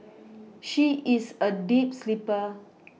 she is a deep sleeper